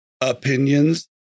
opinions